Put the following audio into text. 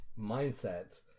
mindset